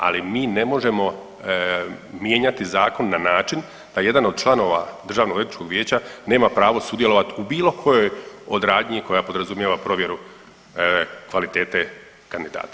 Ali mi ne možemo mijenjati zakon na način da jedan od članova Državnoodvjetničkog vijeća nema pravo sudjelovati u bilo kojoj od radnji koja podrazumijeva provjeru kvalitete kandidata.